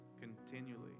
continually